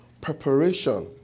preparation